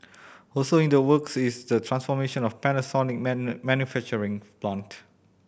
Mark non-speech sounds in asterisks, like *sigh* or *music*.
also in the works is the transformation of Panasonic *unintelligible* manufacturing plant